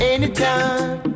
Anytime